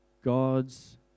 God's